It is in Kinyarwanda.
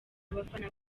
abafana